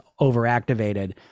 overactivated